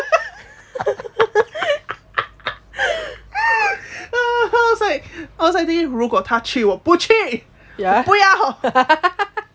like I was like 如果他要去我不去我不要